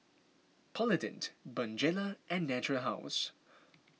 Polident Bonjela and Natura House